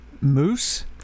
moose